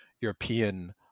European